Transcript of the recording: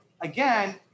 again